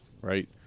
right